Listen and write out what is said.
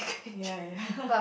ya ya